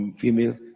female